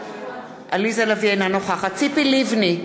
אינה נוכחת ציפי לבני,